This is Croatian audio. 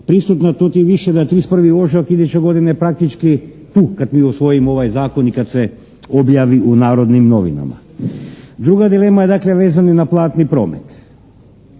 prisutna, to tim više da 31. ožujak iduće godine je praktički tu kad mi usvojimo ovaj zakon i kad se objavi u "Narodnim novinama". Druga dilema je dakle vezani na platni promet.